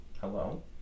hello